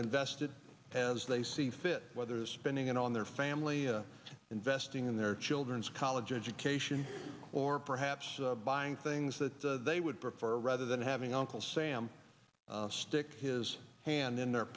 invested as they see fit whether spending it on their family a investing in their children's college education or perhaps buying things that they would prefer rather than having uncle sam stick his hand in their